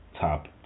top